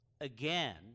again